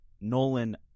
Nolan